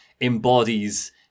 embodies